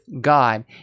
God